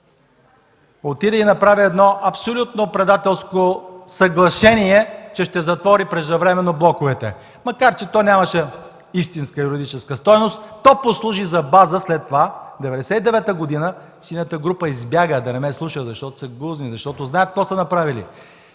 отиде и направи едно абсолютно предателско съглашение, че ще затвори преждевременно блоковете. Макар че то нямаше истинска юридическа стойност, послужи за база след това през 1999 г. – синята група избяга, за да не ме слуша, защото са гузни, защото знаят какво са направили,